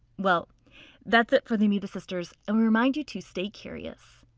well that's it for the amoeba sisters and we remind you to stay curious.